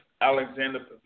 Alexander